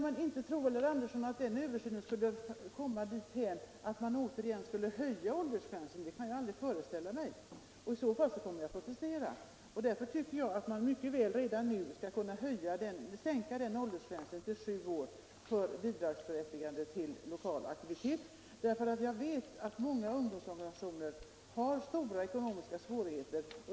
Men inte tror väl herr Andersson att den översynen skulle resultera i att man åter skulle höja åldersgränsen? Det kan jag aldrig föreställa mig, och om så skulle ske kommer vi att protestera. Därför tycker jag att man mycket väl redan nu skall kunna sänka åldersgränsen till sju år för bidragsberättigande till lokal aktivitet. Jag vet att många ungdomsorganisationer har stora ekonomiska svårigheter.